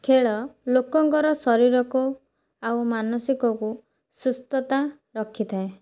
ଖେଳ ଲୋକଙ୍କର ଶରୀରକୁ ଆଉ ମାନସିକକୁ ସୁସ୍ଥତା ରଖିଥାଏ